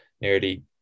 nearly